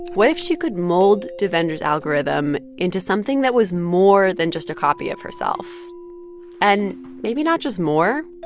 what if she could mold devendra's algorithm into something that was more than just a copy of herself and maybe not just more